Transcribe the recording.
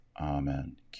Amen